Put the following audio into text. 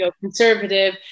conservative